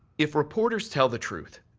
if reporters tell the truth,